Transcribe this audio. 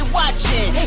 watching